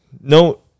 no